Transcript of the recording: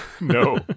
No